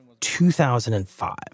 2005